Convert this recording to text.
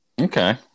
Okay